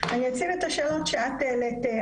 אני אציב את השאלות שאת העלית,